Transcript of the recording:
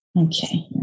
Okay